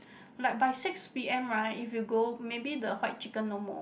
like by six P_M right if you go maybe the white chicken no more